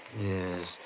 Yes